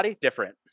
different